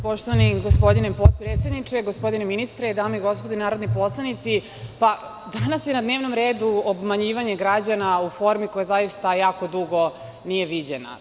Poštovani gospodine potpredsedniče, gospodine ministre, dame i gospodo narodni poslanici, danas je na dnevnom redu obmanjivanje građana u formi koja zaista jako dugo nije viđena.